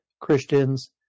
Christians